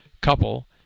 couple